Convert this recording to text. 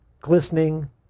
glistening